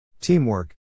Teamwork